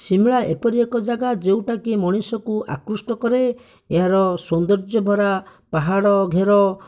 ସିମଲା ଏପରି ଏକ ଜାଗା ଯେଉଁଟାକି ମଣିଷକୁ ଆକୃଷ୍ଟ କରେ ଏହାର ସୌନ୍ଦର୍ଯ୍ୟଭରା ପାହାଡ଼ଘେର